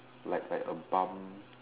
like like a bump